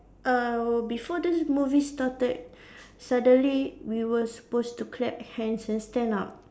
uh before this movie started suddenly we were supposed to clap hands and stand up